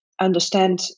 understand